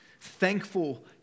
thankful